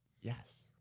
Yes